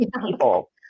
people